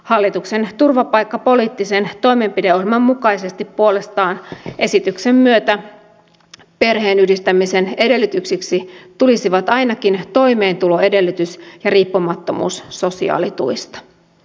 hallituksen turvapaikkapoliittisen toimenpideohjelman mukaisesti puolestaan esityksen myötä perheenyhdistämisen edellytyksiksi tulisivat ainakin toimeentuloedellytys ja riippumattomuus sosiaalituista